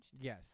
Yes